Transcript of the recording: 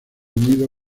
unido